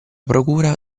procura